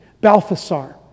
Balthasar